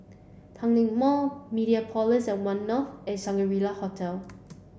Tanglin Mall Mediapolis at One North and Shangri La Hotel